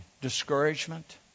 discouragement